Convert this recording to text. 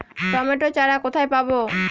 Tomato চারা কোথায় পাবো?